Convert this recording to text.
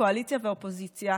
קואליציה ואופוזיציה,